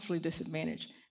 disadvantaged